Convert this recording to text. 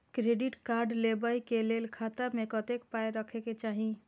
Credit card लेबै के लेल खाता मे कतेक पाय राखै के चाही?